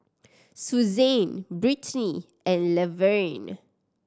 Suzann Brittny and Laverne